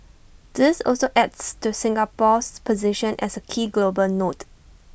this also adds to Singapore's position as A key global node